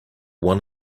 one